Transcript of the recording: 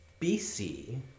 BC